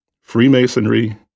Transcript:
Freemasonry